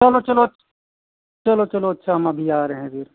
चलो चलो चलो चलो अच्छा हम अभी आ रहे हैं फिर